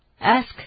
ask